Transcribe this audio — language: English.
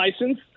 license